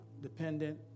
dependent